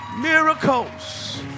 Miracles